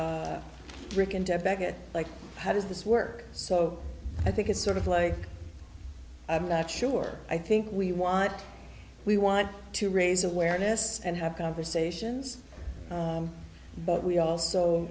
at like how does this work so i think it's sort of like i'm not sure i think we want we want to raise awareness and have conversations but we also